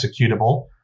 executable